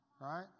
right